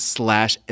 slash